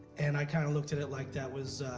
and i kind of looked at it like that was.